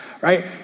right